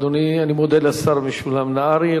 אדוני, אני מודה לשר משולם נהרי.